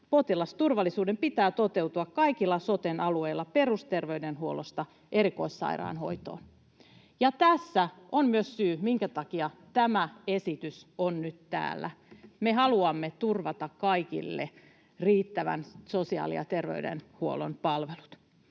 Potilasturvallisuuden pitää toteutua kaikilla soten alueilla perusterveydenhuollosta erikoissairaanhoitoon.” Ja tässä on myös syy, minkä takia tämä esitys on nyt täällä. Me haluamme turvata kaikille riittävät sosiaali- ja terveydenhuollon palvelut.